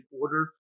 order